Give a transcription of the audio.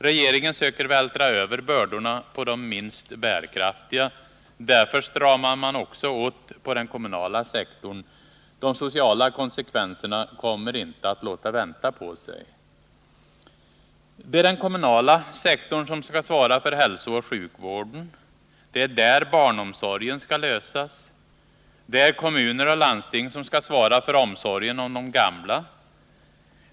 Regeringen söker vältra över bördorna på de minst bärkraftiga. Därför stramar man också åt på den kommunala sektorn. De sociala konsekvenserna kommer inte att låta vänta på sig. Det är den kommunala sektorn som skall svara för hälsooch sjukvården. Det är där barnomsorgen skall lösas. Det är kommuner och landsting som skall svara för omsorgen om de gamla.